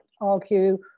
argue